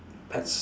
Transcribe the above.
pets